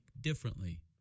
differently